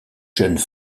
jeunes